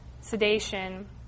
sedation